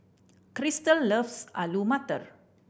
Crystal loves Alu Matar